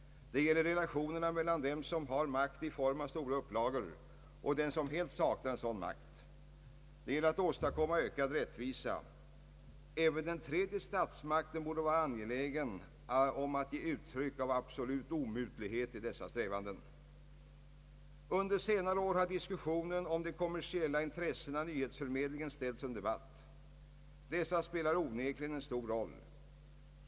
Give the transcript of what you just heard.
Det gäller relationerna mellan den som har makt i form av stora upplagor och den som helt saknar en sådan makt. Det gäller att åstadkomma ökad rättvisa. Även den tredje statsmakten borde vara angelägen om att ge intryck av absolut omutlighet i dessa strävanden. Under senare år har diskussionen om de kommersiella intressena i nyhetsförmedlingen ställts under debatt. Dessa intressen spelar onekligen en stor roll.